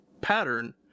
pattern